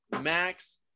Max